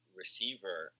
receiver